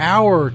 Hour